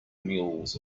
mules